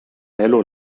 elu